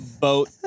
boat